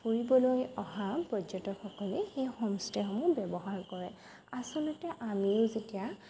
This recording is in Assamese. ফুৰিবলৈ অহা পৰ্যটকসকলে সেই হোমষ্টেসমূহ ব্যৱহাৰ কৰে আচলতে আমিও যেতিয়া